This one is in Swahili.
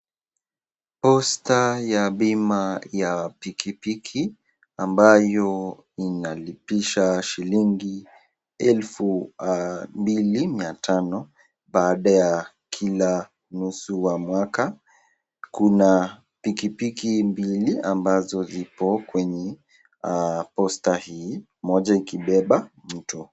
Posta ya bima ya pikipiki ambayo inalipisha shilingi elfu mbili mia tano baada ya kila nusu wa mwaka. Kuna pikipiki mbili ambazo ipo kwenye posta hii. Moja ikibeba mtu.